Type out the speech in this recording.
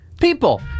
People